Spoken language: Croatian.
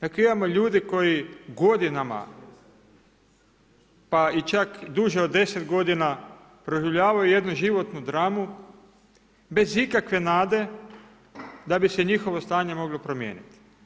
Dakle imamo ljude koji godinama pa i čak duže od deset godina proživljavaju jednu životnu dramu bez ikakve nade da bi se njihovo stanje moglo promijeniti.